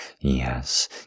Yes